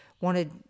wanted